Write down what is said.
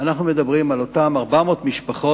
שאנחנו מדברים על אותן 400 משפחות